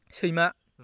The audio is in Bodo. सैमा